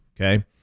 Okay